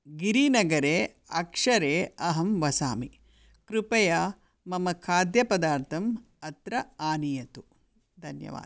गिरिनगरे अक्षरे अहं वसामि कृपया मम खाद्यपदार्थम् अत्र आनयतु धन्यवादः